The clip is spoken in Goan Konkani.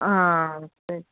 आं आं आं तेंच